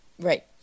Right